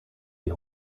die